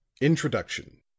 introduction